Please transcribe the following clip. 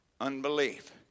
Unbelief